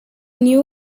new